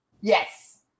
yes